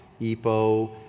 EPO